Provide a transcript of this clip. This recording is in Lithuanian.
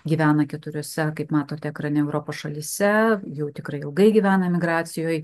gyvena keturiose kaip matote ekrane europos šalyse jau tikrai ilgai gyvena emigracijoj